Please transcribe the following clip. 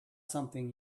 something